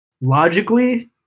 logically